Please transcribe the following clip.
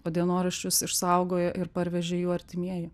o dienoraščius išsaugojo ir parvežė jų artimieji